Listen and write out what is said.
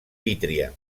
vítria